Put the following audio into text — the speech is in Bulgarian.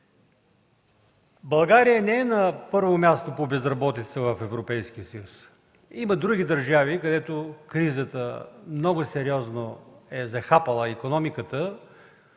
България не е на първо място по безработица в Европейския съюз. Има други държави, където кризата много сериозно е захапала икономиката,